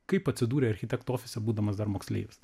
kaip atsidūrei architektų ofise būdamas dar moksleivis